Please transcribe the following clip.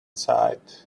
side